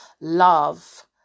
love